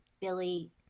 Billy